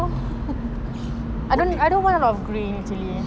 boleh